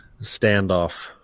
standoff